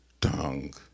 dung